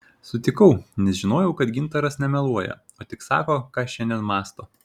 sutikau nes žinojau kad gintaras nemeluoja o tik sako ką šiandien mąsto